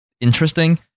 interesting